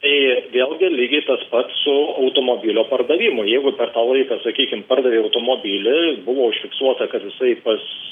tai vėlgi lygiai tas pats su automobilio pardavimu jeigu per tą laiką sakykim pardavei automobilį buvo užfiksuota kad jisai pas